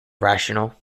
rational